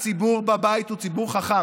הציבור בבית הוא ציבור חכם,